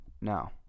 no